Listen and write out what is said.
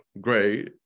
great